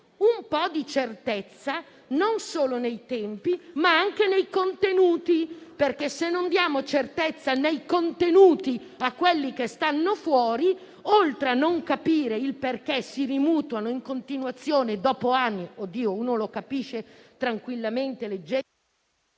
un po' di certezza, non solo nei tempi, ma anche nei contenuti, perché, se non diamo certezza nei contenuti a quelli che stanno fuori, oltre a non capire il perché si rimutuano in continuazione dopo anni, anche se si capisce tranquillamente leggendo...